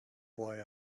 boy